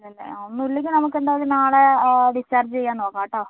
ഇല്ലല്ലേ ആ ഒന്നും ഇല്ലെങ്കിൽ നമുക്ക് എന്തായാലും നാളെ ഡിസ്ചാർജ് ചെയ്യാൻ നോക്കാം കേട്ടോ